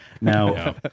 Now